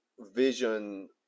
vision